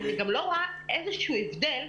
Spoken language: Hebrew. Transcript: אני גם לא רואה איזשהו הבדל.